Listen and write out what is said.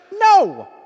No